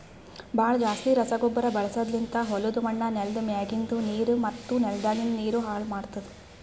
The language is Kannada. ಭಾಳ್ ಜಾಸ್ತಿ ರಸಗೊಬ್ಬರ ಬಳಸದ್ಲಿಂತ್ ಹೊಲುದ್ ಮಣ್ಣ್, ನೆಲ್ದ ಮ್ಯಾಗಿಂದ್ ನೀರು ಮತ್ತ ನೆಲದಾಗಿಂದ್ ನೀರು ಹಾಳ್ ಮಾಡ್ತುದ್